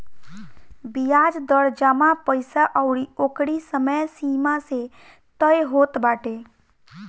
बियाज दर जमा पईसा अउरी ओकरी समय सीमा से तय होत बाटे